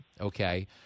okay